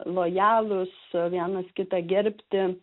lojalūs vienas kitą gerbti